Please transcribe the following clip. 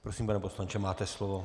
Prosím, pane poslanče, máte slovo.